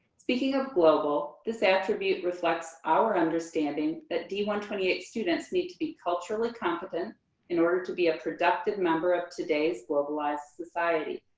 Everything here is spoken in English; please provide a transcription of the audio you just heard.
speaking of global, this attribute reflects our understanding that d one two eight students need to be culturally competent in order to be a productive member of today's globalized society.